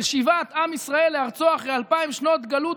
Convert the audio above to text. של שיבת עם ישראל לארצו אחרי אלפיים שנות גלות